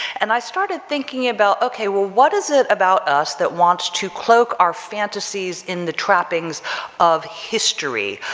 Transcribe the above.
and i started thinking about, okay, well, what is it about us that wants to cloak our fantasies in the trappings of history,